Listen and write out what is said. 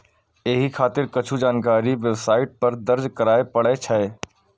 एहि खातिर किछु जानकारी वेबसाइट पर दर्ज करय पड़ै छै